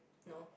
no